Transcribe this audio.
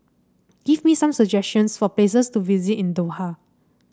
give me some suggestions for places to visit in Doha